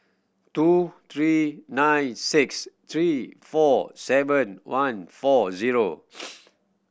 two three nine six three four seven one four zero